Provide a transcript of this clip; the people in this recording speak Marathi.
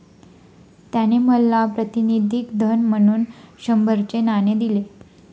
त्याने मला प्रातिनिधिक धन म्हणून शंभराचे नाणे दिले